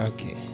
Okay